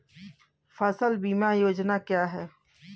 फसल बीमा योजना क्या है?